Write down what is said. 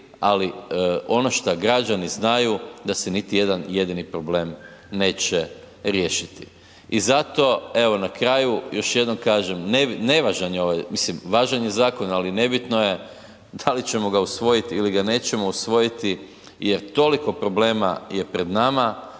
ali ono šta građani znaju da se niti jedan jedini problem neće riješiti. I zato evo na kraju, još jednom kažem nevažan je ovaj, mislim važan je zakon, ali nebitno je da li ćemo ga usvojiti ili ga nećemo usvojiti jer toliko problema je pred nama,